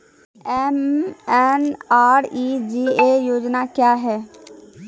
MNREGA योजना क्या हैं?